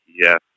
yes